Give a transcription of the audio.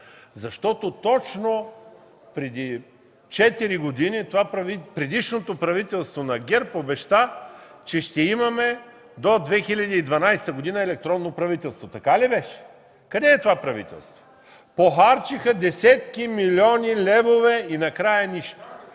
Защото точно преди четири години предишното правителство на ГЕРБ обеща, че ще имаме до 2012 г. електронно правителство. Така ли беше? Къде е това правителство? Похарчиха десетки милиони левове и накрая нищо.